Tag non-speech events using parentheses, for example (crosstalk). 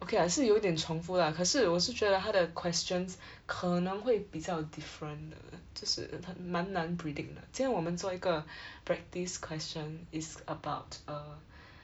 okay lah 是有一点重复啦可是我是觉得他的 questions (breath) 可能会比较 different 的就是蛮难 predict 的今天我们做一个 (breath) practice question is about a (breath)